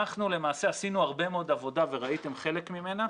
אנחנו למעשה עשינו הרבה מאוד עבודה וראיתם חלק ממנה,